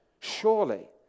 Surely